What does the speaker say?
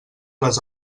les